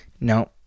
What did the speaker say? No